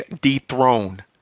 dethroned